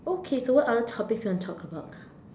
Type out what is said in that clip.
okay so what other topics you want to talk about